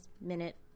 minute